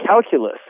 calculus